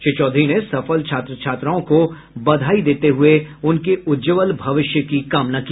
श्री चौधरी ने सफल छात्र छात्राओं को बधाई देते हुए उनके उज्ज्वल भविष्य की कामना की